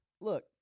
Look